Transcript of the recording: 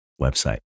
website